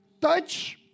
touch